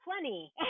plenty